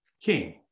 king